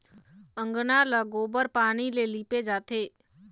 अंगना ल गोबर पानी ले लिपे जाथे